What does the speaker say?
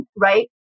right